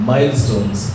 Milestones